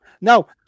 No